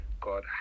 God